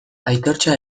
aitortza